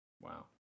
Wow